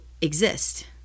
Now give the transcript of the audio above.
exist